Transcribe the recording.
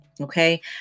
Okay